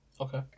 Okay